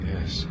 Yes